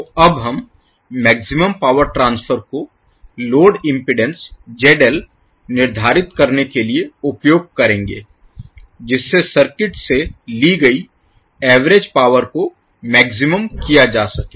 तो अब हम मैक्सिमम पावर ट्रांसफर को लोड इम्पीडेन्स ZL निर्धारित करने के लिए उपयोग करेंगे जिससे सर्किट से ली गई एवरेज पावर को मैक्सिमम किया जा सके